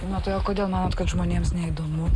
na tai o kodėl manot kad žmonėms neįdomu